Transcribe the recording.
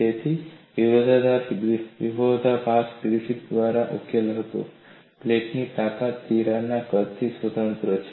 તેથી તે વિરોધાભાસ ગ્રિફિથ દ્વારા ઉકેલાયો હતો પ્લેટની તાકાત તિરાડના કદથી સ્વતંત્ર છે